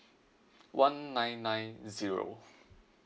one nine nine zero